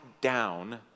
down